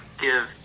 give